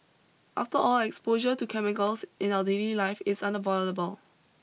after all exposure to chemicals in our daily life is unavoidable